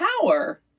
power